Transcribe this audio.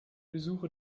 besuche